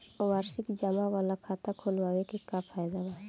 वार्षिकी जमा वाला खाता खोलवावे के का फायदा बा?